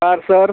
car sir